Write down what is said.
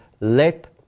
let